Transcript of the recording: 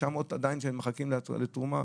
900 שעדיין מחכים לתרומה?